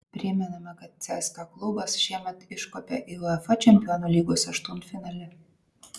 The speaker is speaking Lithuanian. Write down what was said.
primename kad cska klubas šiemet iškopė į uefa čempionų lygos aštuntfinalį